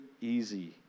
easy